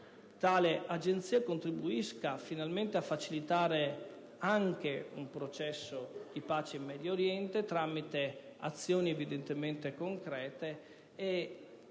essa contribuisca finalmente a facilitare anche un processo di pace in Medio Oriente tramite azioni evidentemente concrete, e dovrebbe